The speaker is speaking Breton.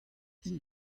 int